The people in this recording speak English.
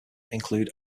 include